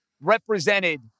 represented